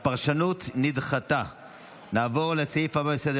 הפרשנות (תיקון, הגדת הפליה על רקע זהות